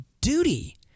duty